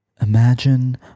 Imagine